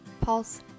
Pulse